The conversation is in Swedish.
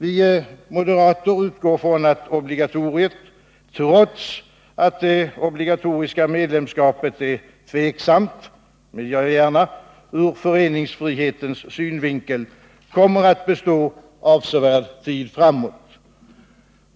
Vi moderater utgår ifrån att obligatoriet, trots att det obligatoriska medlemskapet är tveksamt — det medger jag gärna — ur föreningsfrihetens synvinkel, kommer att bestå avsevärd tid framöver.